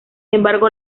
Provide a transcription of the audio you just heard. embargo